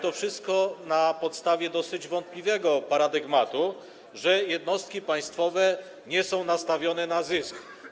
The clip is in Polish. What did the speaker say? To wszystko na podstawie dosyć wątpliwego paradygmatu, że jednostki państwowe nie są nastawione na zysk.